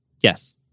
Yes